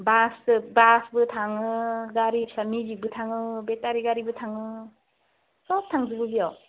बासबो बासबो थाङो गारिफ्रा मिजिकबो थाङो बेटारि गारिबो थाङो सब थांजोबो बेयाव